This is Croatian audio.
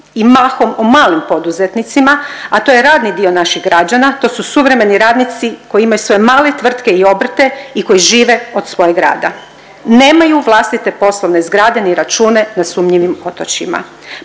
i mahom o malim poduzetnicima, a to je radni dio naših građana, to su suvremeni radnici koji imaju svoje male tvrtke i obrte i koji žive od svojeg rada. Nemaju vlastite poslovne zgrade ni račune na sumnjivim otočjima.